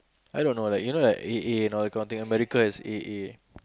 I don't know like you know like A_A know kind of thing America is A_A